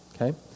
okay